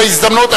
זו הזדמנות,